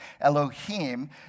Elohim